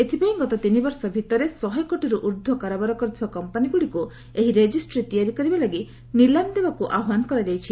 ଏଥିପାଇଁ ଗତ ତିନି ବର୍ଷ ଭିତରେ ଶହେ କୋଟିରୁ ଊର୍ଦ୍ଧ୍ୱ କାରବାର କରିଥିବା କମ୍ପାନୀଗୁଡ଼ିକୁ ଏହି ରେଜିଷ୍ଟ୍ରି ତିଆରି କରିବା ଲାଗି ନିଲାମ ଦେବାକୁ ଆହ୍ୱାନ କରାଯାଇଛି